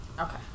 Okay